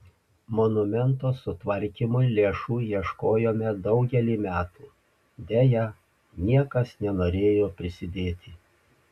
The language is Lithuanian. monumento sutvarkymui lėšų ieškojome daugelį metų deja niekas nenorėjo prisidėti